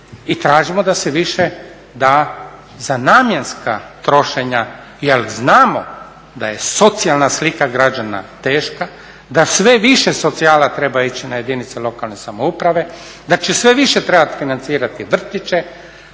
i tražimo da se više da za namjenska trošenja jer znamo da je socijalna slika građana teška, da sve više socijala treba ići na jedinice lokalne samouprave, da će sve više trebati financirati vrtiće,